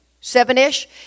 seven-ish